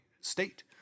state